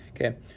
okay